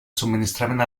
subministrament